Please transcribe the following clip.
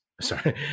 sorry